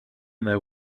there